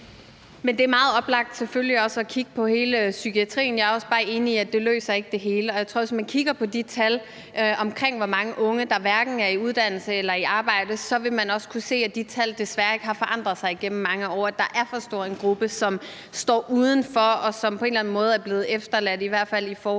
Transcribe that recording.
selvfølgelig meget oplagt også at kigge på hele psykiatrien, og jeg er også enig i, at det ikke løser det hele. Jeg tror, at hvis man kigger på tallene for, hvor mange unge der hverken er i uddannelse eller i arbejde, så vil man også kunne se, at de tal desværre ikke har forandret sig igennem mange år. Der er for stor en gruppe, der står udenfor, og som på en eller anden måde er blevet efterladt, i hvert fald i forhold